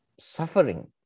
suffering